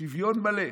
שוויון מלא.